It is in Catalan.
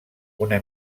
una